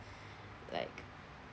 like